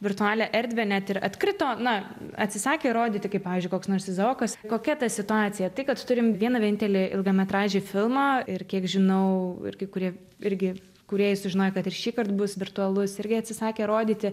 virtualią erdvę net ir atkrito na atsisakė rodyti kaip pavyzdžiui koks nors izaokas kokia ta situacija tai kad turim vieną vienintelį ilgametražį filmą ir kiek žinau ir kaikurie irgi kūrėjai sužinoję kad ir šįkart bus virtualus irgi atsisakė rodyti